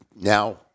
now